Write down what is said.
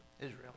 Israel